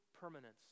permanence